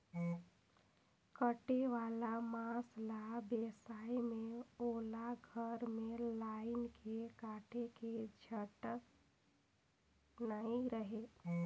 कटे वाला मांस ल बेसाए में ओला घर में लायन के काटे के झंझट नइ रहें